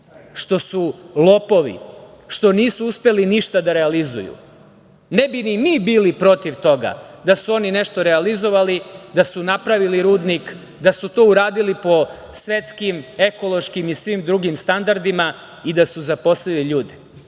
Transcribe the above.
što su lopovi, što nisu uspeli ništa da realizuju. Ne bi ni mi bili protiv toga da su oni nešto realizovali, da su napravili rudnik, da su to uradili po svetskim ekološkim i svim drugim standardima i da su zaposlili ljude. Mi